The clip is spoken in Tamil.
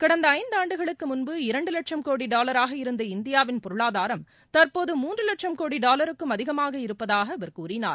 கடந்த ஐந்தாண்டுகளுக்கு முன்பு இரண்டு வட்சம் கோடி டாலராக இருந்த இந்தியாவின் பொருளாதாரம் தற்போது மூன்று லட்சம் கோடி டாலருக்கும் அதிகமாக இருப்பதாக அவர் கூறினார்